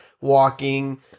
walking